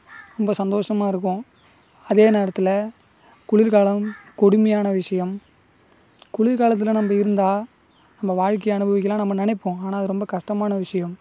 ரொம்ப சந்தோஷமாக இருக்கும் அதே நேரத்தில் குளிர்காலம் கொடுமையான விஷயம் குளிர்காலத்தில் நம்ம இருந்தால் நம்ம வாழ்க்கையை அனுபவிக்கலாம்னு நம்ம நினைப்போம் ஆனால் அது ரொம்ப கஷ்டமான விஷயம்